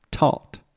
Taught